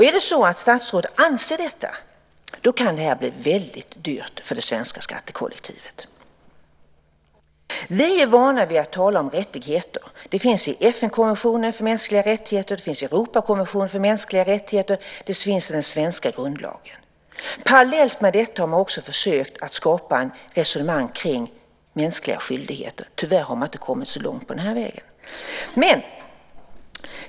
Är det så att statsrådet anser det kan det här bli väldigt dyrt för det svenska skattekollektivet. Vi är vana vid att tala om rättigheter. Detta finns i FN-konventionen för mänskliga rättigheter, i Europakonventionen för mänskliga rättigheter och i den svenska grundlagen. Men parallellt med detta har man också försökt att skapa ett resonemang kring mänskliga skyldigheter. Tyvärr har man inte kommit så långt på den vägen.